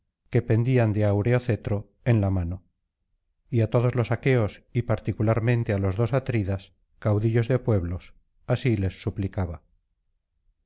que pendían de áureo cetro en la mano y á todos los aqueos y particularmente á los dos atridas caudillos de pueblos así les suplicaba